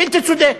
בלתי צודק,